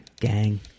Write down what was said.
gang